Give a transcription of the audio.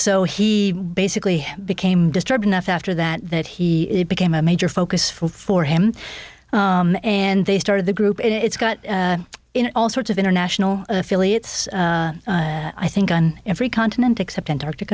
so he basically became disturbed enough after that that he became a major focus for for him and they started the group and it's got all sorts of international affiliates i think on every continent except antarctic